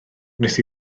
wnes